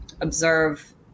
observe